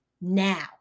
now